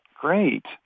great